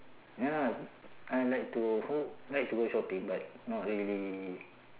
ya I like to who like to go shopping but not really